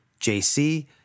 jc